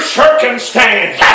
circumstance